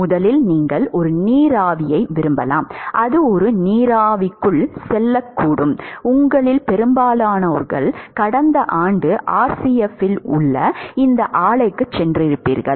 முதலில் நீங்கள் ஒரு நீராவியை விரும்பலாம் அது ஒரு நீராவிக்குள் செல்லக்கூடும் உங்களில் பெரும்பாலானவர்கள் கடந்த ஆண்டு RCF இல் உள்ள இந்த ஆலைக்கு சென்றிருப்பீர்கள்